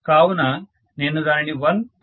కావున నేను దానిని 1 p